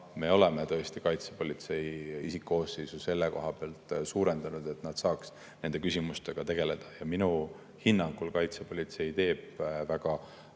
Me oleme tõesti kaitsepolitsei isikkoosseisu selle koha pealt suurendanud, et nad saaks nende küsimustega tegeleda. Minu hinnangul teeb kaitsepolitsei väga